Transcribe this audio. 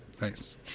Nice